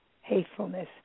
hatefulness